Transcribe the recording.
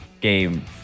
game